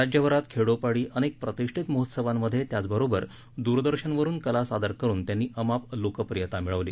राज्यभरात खेडोपाडी अनेक प्रतिष्ठित महोत्सवांमध्ये त्याचबरोबर दूरदर्शन वरून कला सादर करून त्यांनी अमाप लोकप्रियता मिळवली